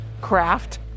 craft